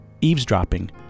eavesdropping